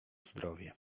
zdrowie